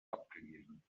abgegeben